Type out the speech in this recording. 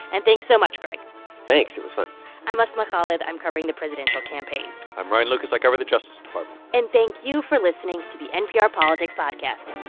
and thanks so much, greg thanks. it was fun i'm asma khalid. i'm covering the presidential campaign i'm ryan lucas. i cover the justice department and thank you for listening to the npr politics podcast